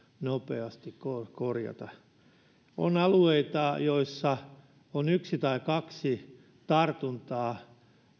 nopeasti korjata on alueita joilla on yksi tai kaksi tartuntaa